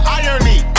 irony